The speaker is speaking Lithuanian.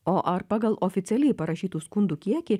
o ar pagal oficialiai parašytų skundų kiekį